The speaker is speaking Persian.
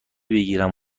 بگیرم